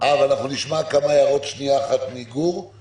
שנעשו בהם שינויים שרציתי